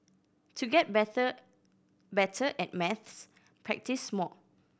to get better at maths practise more